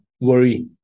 worry